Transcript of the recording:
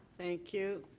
thank you.